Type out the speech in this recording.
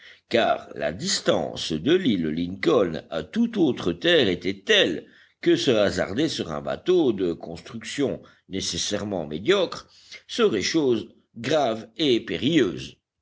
car la distance de l'île lincoln à toute autre terre était telle que se hasarder sur un bateau de construction nécessairement médiocre serait chose grave et périlleuse